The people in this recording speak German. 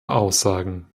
aussagen